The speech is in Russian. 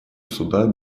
суда